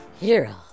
Hero